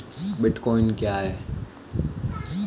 Bitcoin क्या है?